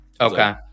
Okay